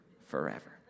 forever